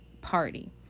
party